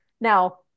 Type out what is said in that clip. Now